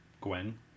Gwen